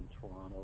Toronto